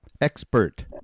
expert